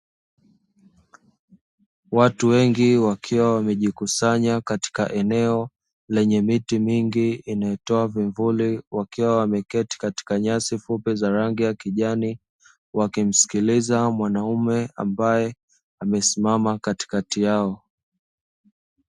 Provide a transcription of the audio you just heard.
Watu wengi wakiwa wamejikusanya katika eneo lenye miti mingi inayotoa vivuli, wakiwa wameketi katika nyasi fupi za rangi ya kijani; wakimsikiliza mwanaume ambaye amesimama katikati yao.